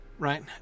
right